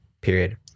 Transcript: Period